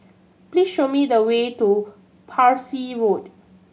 please show me the way to Parsi Road